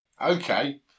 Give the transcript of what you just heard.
Okay